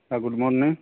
good morning